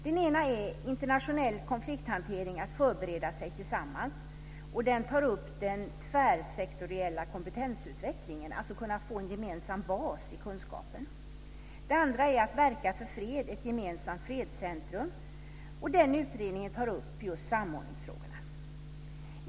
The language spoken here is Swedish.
Den ena är Internationell konflikthantering - att förbereda sig tillsammans. Den tar upp den tvärsektoriella kompetensutvecklingen, att få en gemensam bas i kunskapen. Den andra är Att verka för fred - ett gemensamt fredscentrum i Sverige. Den utredningen tar upp samordningsfrågorna.